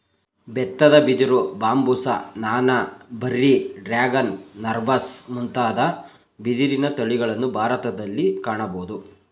ಬೆತ್ತದ ಬಿದಿರು, ಬಾಂಬುಸ, ನಾನಾ, ಬೆರ್ರಿ, ಡ್ರ್ಯಾಗನ್, ನರ್ಬಾಸ್ ಮುಂತಾದ ಬಿದಿರಿನ ತಳಿಗಳನ್ನು ಭಾರತದಲ್ಲಿ ಕಾಣಬೋದು